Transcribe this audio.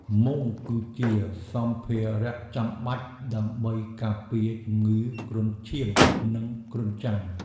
មុងគឺជាសម្ភារចាំបាច់ដើម្បីការពារជំងឺគ្រុនឈាម និងគ្រុនចាញ់។